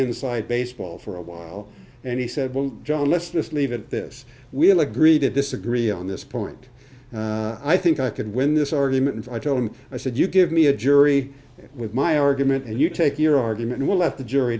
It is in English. inside baseball for a while and he said well john let's just leave it at this we'll agree to disagree on this point i think i could win this argument i tell him i said you give me a jury with my argument and you take your argument we'll let the jury